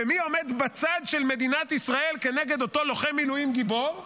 ומי עומד בצד של מדינת ישראל כנגד אותו לוחם מילואים גיבור?